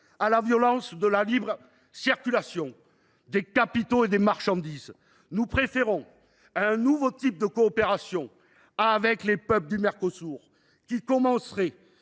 À la violence de la libre circulation des capitaux et des marchandises, nous préférons un nouveau type de coopération avec les peuples du Mercosur, qui commencerait